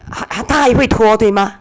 还她还会也会拖对吗